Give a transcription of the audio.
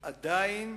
עדיין